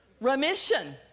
remission